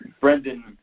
Brendan